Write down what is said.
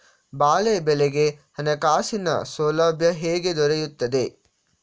ಬಾಳೆ ಬೆಳೆಗೆ ಹಣಕಾಸಿನ ಸೌಲಭ್ಯ ಹೇಗೆ ದೊರೆಯುತ್ತದೆ?